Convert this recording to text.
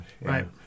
Right